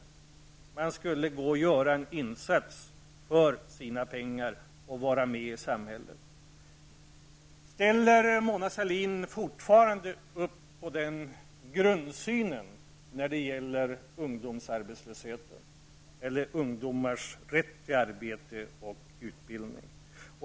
Ungdomarna skulle göra en insats för att få sina pengar; de skulle vara med i samhället. Ställer Mona Sahlin fortfarande upp på den grundsynen när det gäller ungdomarnas rätt till arbete och utbildning?